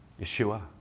Yeshua